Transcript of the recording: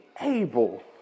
Able